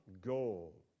goal